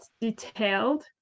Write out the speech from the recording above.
detailed